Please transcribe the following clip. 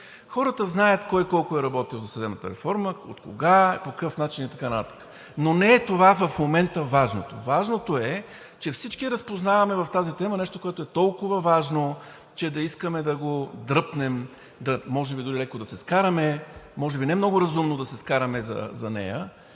Хората знаят кой колко е работил за съдебната реформа, от кога, по какъв начин и така нататък. Но в момента не това е важното. Важното е, че всички разпознаваме в тази тема нещо, което е толкова важно, че да искаме да го дръпнем, може би дори леко да се скараме, може би не е много разумно да се скараме за нея,